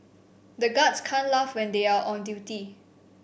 the guards can't laugh when they are on duty